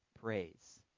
praise